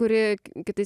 kuri kitais